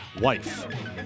wife